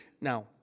Now